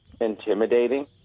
intimidating